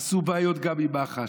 עשו בעיות גם עם מח"ש,